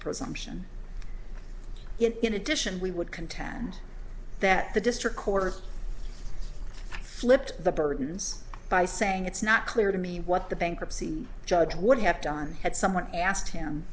presumption in addition we would contend that the district court flipped the burdens by saying it's not clear to me what the bankruptcy judge would have done had someone asked him